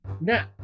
now